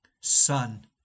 Son